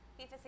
FIFA